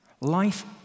Life